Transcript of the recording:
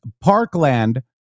Parkland